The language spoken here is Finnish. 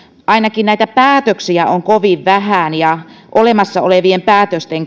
ainakin päätöksiä on kovin vähän ja olemassa olevienkin päätösten